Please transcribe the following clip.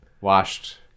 washed